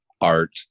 art